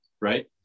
right